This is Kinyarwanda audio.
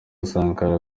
sankara